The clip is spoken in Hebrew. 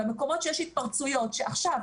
במקומות שיש התפרצויות עכשיו,